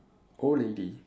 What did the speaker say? old lady